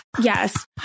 yes